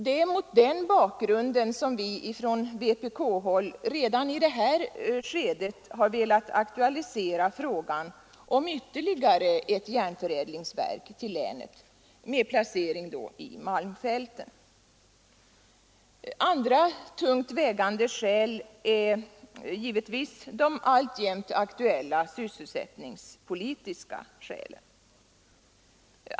Det är mot den bakgrunden som vi från vpk-håll redan i det här skedet har velat aktualisera frågan om ytterligare ett järnförädlingsverk till länet — med placering i malmfälten. Andra tungt vägande skäl är givetvis de alltjämt aktuella sysselsättningspolitiska frågorna.